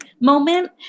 moment